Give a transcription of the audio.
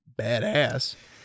badass